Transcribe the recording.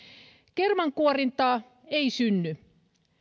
kermankuorintaa ei synny